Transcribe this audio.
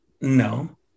No